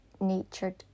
natured